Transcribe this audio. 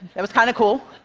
it was kind of cool.